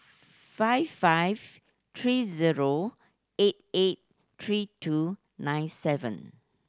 five five three zero eight eight three two nine seven